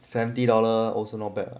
seventy dollar also not bad